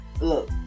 Look